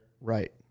right